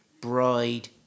bride